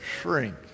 shrink